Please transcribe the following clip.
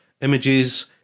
images